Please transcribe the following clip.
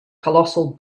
colossal